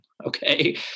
Okay